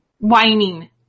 Whining